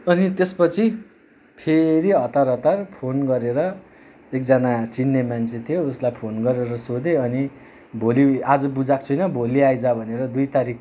अनि त्यसपछि फेरि हतार हतार फोन गरेर एकजना चिन्ने मान्छे थियो उसलाई फोन गरेर सोधेँ अनि भोलि आज बुझाएको छुइनँ भोलि आइज भनेर दुई तारिक